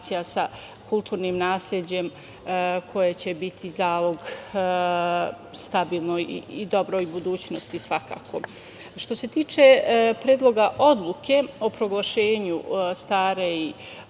sa kulturnim nasleđem koje će biti zalog stabilnoj i dobroj budućnosti svakako. Što se tiče Predloga odluke o proglašenju stare i